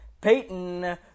Peyton